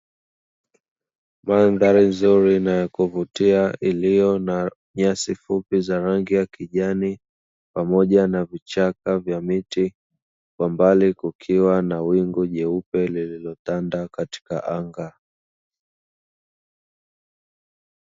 Mandhari nzuri na ya kuvutia iliyo na nyasi fupi za rangi ya kijani pamoja na vichaka vya miti, kwa mbali kukiwa na wingu jeupe lililotanda katika anga.